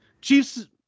Chiefs